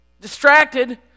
distracted